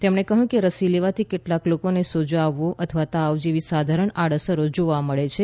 તેમણે કહ્યું કે રસી લેવાથી કેટલાક લોકોને સોજો આવવો અથવા તાવ જેવી સાધારણ આડઅસરો જોવા મળે છે